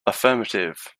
affirmative